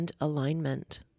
alignment